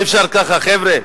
אי-אפשר ככה, חבר'ה.